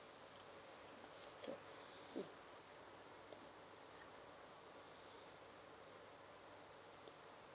so mm